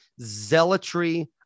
zealotry